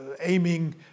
aiming